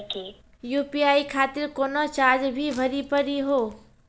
UPI खातिर कोनो charge भी भरी पड़ी हो?